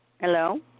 Hello